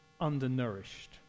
undernourished